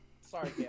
sorry